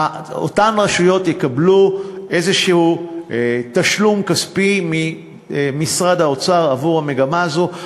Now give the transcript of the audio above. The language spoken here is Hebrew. אותן רשויות יקבלו איזשהו תשלום כספי ממשרד האוצר על המגמה הזאת,